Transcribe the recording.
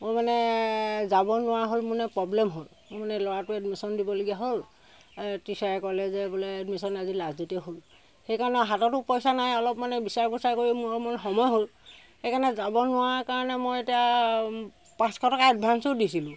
মই মানে যাব নোৱাৰা হ'ল মানে প্ৰবলেম হ'ল মোৰ মানে ল'ৰাটো এডমিশ্যন দিবলগীয়া হ'ল টিচাৰে ক'লে যে বোলে এডমিশ্যন আজি লাষ্ট ডেটেই হ'ল সেইকাৰণে হাততো পইচা নাই অলপ মানে বিচাৰ খোচাৰ কৰি মোৰ মানে সময় হ'ল সেইকাৰণে যাব নোৱাৰা কাৰণে মই এতিয়া পাঁচশ টকা এডভাঞ্চো দিছিলোঁ